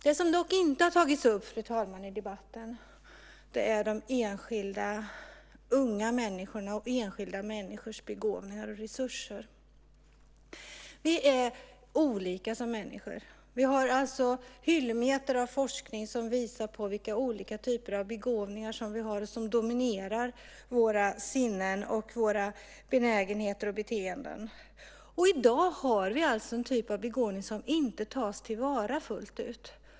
Det som dock inte tagits upp i debatten är de enskilda unga människorna och de enskilda människornas begåvningar och resurser. Vi är olika som människor. Vi har hyllmetrar av forskning som visar vilka olika typer av begåvningar vi har och som dominerar våra sinnen och våra benägenheter och beteenden. Och vi har en typ av begåvning som i dag inte tas till vara fullt ut.